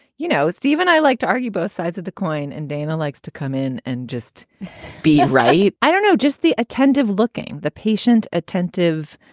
you know, stephen, i like to argue both sides of the coin and dana likes to come in and just be right. i don't know. just the attentive looking, the patient, attentive